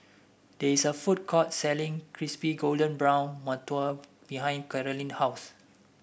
there is a food court selling Crispy Golden Brown Mantou behind Karolyn's house